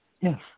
Yes